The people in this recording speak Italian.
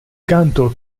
canto